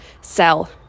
sell